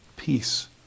Peace